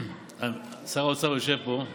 שר האוצר יושב פה.